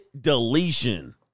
deletion